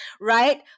right